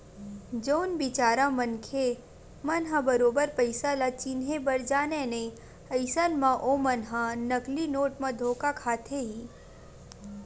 जउन बिचारा मनखे मन ह बरोबर पइसा ल चिनहे बर जानय नइ अइसन म ओमन ह नकली नोट म धोखा खाथे ही